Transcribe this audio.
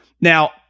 Now